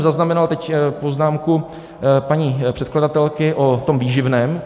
Zaznamenal jsem teď poznámku paní předkladatelky o výživném.